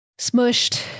smushed